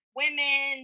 women